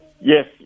Yes